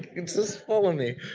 just follow me.